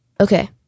Okay